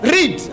Read